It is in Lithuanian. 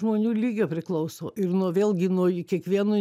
žmonių lygio priklauso ir nuo vėlgi nuo kiekvieno